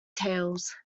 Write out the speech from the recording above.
tales